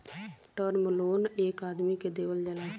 term loan एक आदमी के देवल जाला